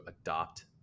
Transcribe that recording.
adopt